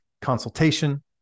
consultation